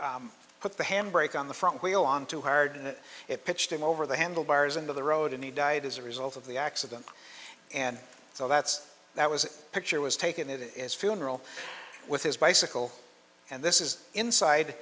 he put the handbrake on the front wheel on too hard and it pitched him over the handlebars into the road and he died as a result of the accident and so that's that was a picture was taken it is funeral with his bicycle and this is inside